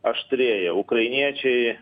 aštrėja ukrainiečiai